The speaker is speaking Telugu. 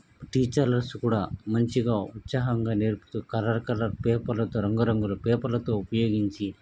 టీచర్స్ కూడా మంచిగా ఉత్సాహంగా నేర్పుతు కలర్ కలర్ పేపర్లతో రంగు రంగుల పేపర్లతో ఉపయోగించి